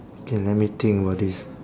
K let me think about this